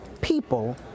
people